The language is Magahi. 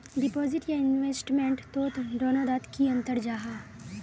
डिपोजिट या इन्वेस्टमेंट तोत दोनों डात की अंतर जाहा?